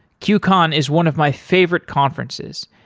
qcon is one of my favorite conferences.